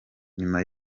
nyuma